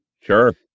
Sure